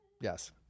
Yes